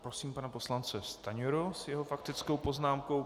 Prosím pana poslance Stanjuru s jeho faktickou poznámkou.